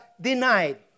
denied